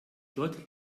dort